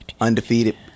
Undefeated